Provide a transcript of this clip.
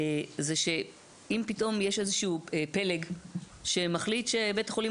זה שאם פתאום יש איזשהו פלג שמחליט שבית החולים